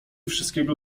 wszystkiego